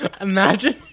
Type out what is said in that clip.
Imagine